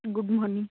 good morning